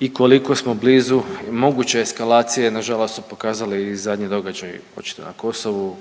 i koliko smo blizu i moguće eskalacije nažalost su pokazali i zadnji događaji hoćete na Kosovu